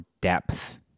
depth